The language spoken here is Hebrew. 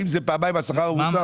האם זה פעמיים מהשכר הממוצע?